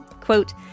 Quote